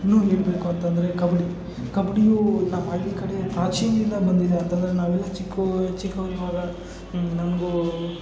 ಇನ್ನೂ ಹೇಳಬೇಕು ಅಂತಂದರೆ ಕಬಡ್ಡಿ ಕಬಡ್ಡಿಯು ನಮ್ಮ ಹಳ್ಳಿ ಕಡೆ ಪ್ರಾಚೀನದಿಂದ ಬಂದಿದ್ದಂತಹ ನಾವೆಲ್ಲ ಚಿಕ್ಕವ್ರು ಚಿಕ್ಕವರಿರುವಾಗ ನಮಗೂ